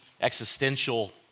existential